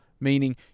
meaning